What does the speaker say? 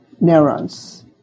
neurons